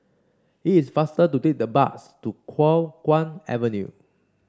it is faster to take the bus to Kuo Chuan Avenue